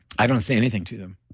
i don't say anything to them.